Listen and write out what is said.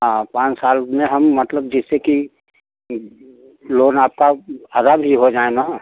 हाँ पाँच साल में हम मतलब जैसे कि लोन आपका अदा भी हो जाए न